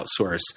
outsource